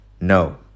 No